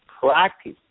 practice